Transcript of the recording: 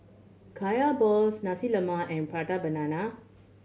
Kaya balls Nasi Lemak and Prata Banana